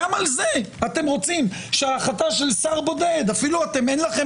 גם על זה אתם רוצים שהחלטה של שר בודד אפילו אין לכם